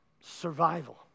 Survival